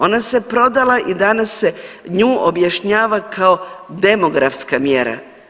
Ona se prodala i danas se nju objašnjava kao demografska mjera.